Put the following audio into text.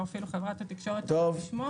או אפילו חברת התקשורת תולה בשמו.